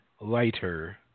Lighter